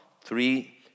three